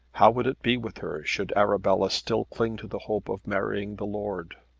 how would it be with her should arabella still cling to the hope of marrying the lord?